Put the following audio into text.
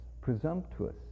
presumptuous